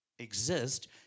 Exist